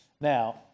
Now